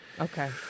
Okay